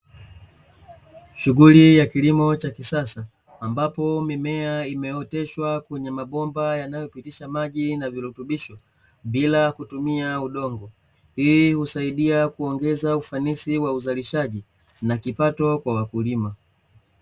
Shughuli ya kilimo cha kisasa ambapo mimea imeoteshwa kwenye mabomba yanayopitisha maji na virutubisho bila kutumia udongo. Hii husaidia kuongeza ufanisi wa uzalishaji na kipato kwa wakulima.